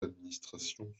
d’administration